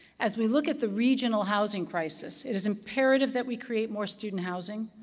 as we look at the regional housing crisis, it is imperative that we create more student housing,